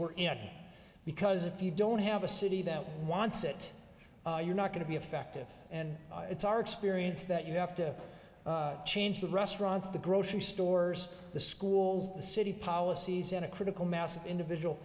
it because if you don't have a city that wants it you're not going to be effective and it's our experience that you have to change the restaurants the grocery stores the schools the city policies and a critical mass of individual